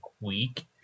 week